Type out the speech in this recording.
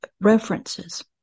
references